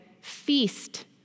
feast